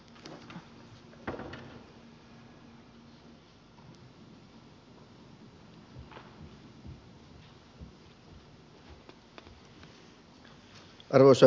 arvoisa puhemies